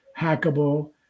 hackable